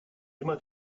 immer